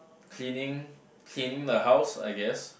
cleaning cleaning the house I guess